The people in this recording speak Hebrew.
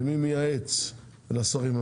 ומי מייעץ לשרים?